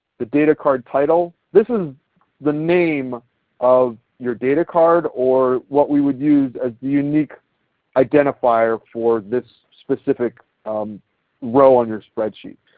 the data card title, this is the name of your data card or what we would use as the unique identifier for this specific row on your spreadsheet.